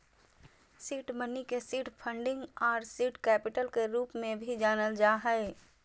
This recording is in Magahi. सीड मनी के सीड फंडिंग आर सीड कैपिटल के रूप में भी जानल जा हइ